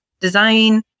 design